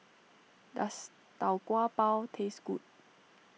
does Tau Kwa Pau taste good